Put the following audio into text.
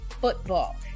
football